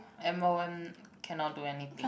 M_O_M cannot do anything